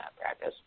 practice